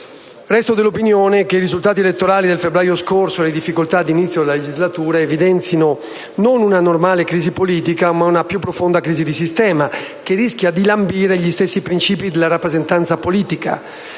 Resto dell'opinione che i risultati elettorali del febbraio scorso e le difficoltà incontrate all'inizio della legislatura non evidenzino una normale crisi politica, ma una più profonda crisi di sistema, che rischia di lambire gli stessi principi della rappresentanza politica.